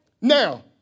Now